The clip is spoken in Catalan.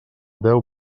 deu